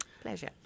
Pleasure